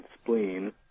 spleen